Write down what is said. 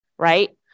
right